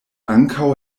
ankaŭ